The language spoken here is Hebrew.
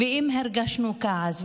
אם הרגשנו כעס,